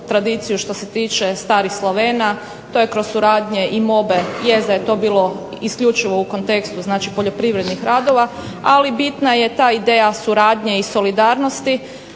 što se tiče starih Slavena, to je kroz suradnje i mobe jest da je isključivo to bilo u kontekstu poljoprivrednih radova, ali bitna je ta ideja suradnje i solidarnosti.